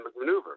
Maneuver